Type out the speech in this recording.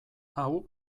hau